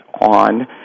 on